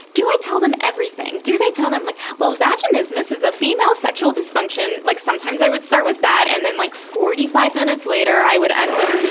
do i tell them everything? do they tell them, like, well vaginismus is a female sexual dysfunction. like sometimes i would start with that. and then like forty five minutes later i would end with,